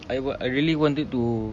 I want I really wanted to